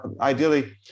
ideally